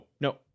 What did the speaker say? no